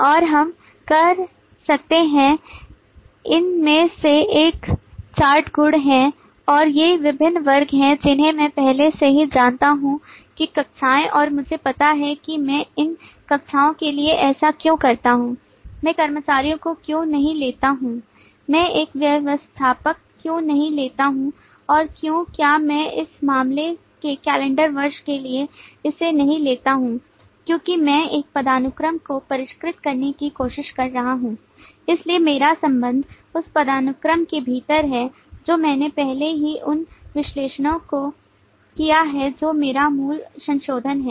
और हम कर सकते हैं इन में से एक चार्ट गुण हैं और ये विभिन्न वर्ग हैं जिन्हें मैं पहले से ही जानता हूं कि कक्षाएं और मुझे पता है कि मैं इन कक्षाओं के लिए ऐसा क्यों करता हूं मैं कर्मचारियों को क्यों नहीं लेता हूं मैं एक व्यवस्थापक क्यों नहीं लेता हूं और क्यों क्या मैं इस मामले के कैलेंडर वर्ष के लिए इसे नहीं लेता हूं क्योंकि मैं एक पदानुक्रम को परिष्कृत करने की कोशिश कर रहा हूं इसलिए मेरा संबंध उस पदानुक्रम के भीतर है जो मैंने पहले ही उन विश्लेषणों को किया है जो मेरा मूल संशोधन है